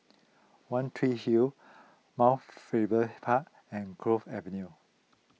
one Tree Hill Mount Faber Park and Cove Avenue